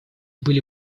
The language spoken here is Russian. были